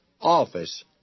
office